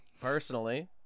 personally